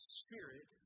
spirit